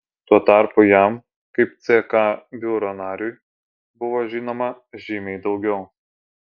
tuo tarpu jam kaip ck biuro nariui buvo žinoma žymiai daugiau